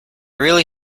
really